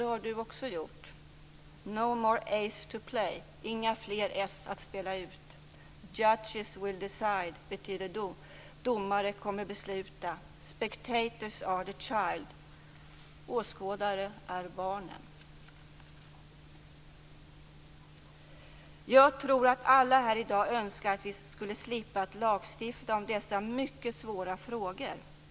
Detta är några textrader från ABBA:s sång The winner takes it all, som för den som lyssnar på texten mycket väl beskriver de smärtsamma och våldsamma känslor en skilsmässa ofta ger upphov till. Jag tror att alla här i dag önskar att vi skulle slippa att lagstifta om dessa mycket svåra frågor.